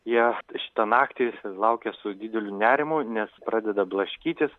jie šitą naktį laukia su dideliu nerimu nes pradeda blaškytis